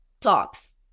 talks